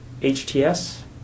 HTS